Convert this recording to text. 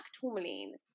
tourmaline